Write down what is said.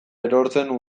erortzen